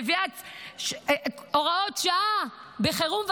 מביאה הוראות שעה בחירום?